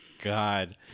God